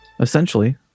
Essentially